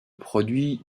produit